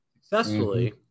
successfully